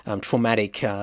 traumatic